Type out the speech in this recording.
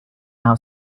our